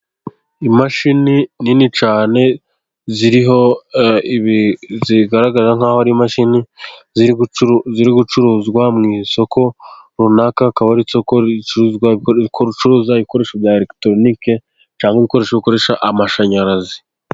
Imashini nini cyane ziriho, zigaragara nk'aho ari imashini ziri gucuruzwa mu isoko runaka. Akaba ari isoko ukocuruza ibikoresho bya elegitoroniki, cyangwa ibikoresho bikoresha amashanyarazi.